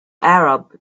arab